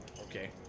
Okay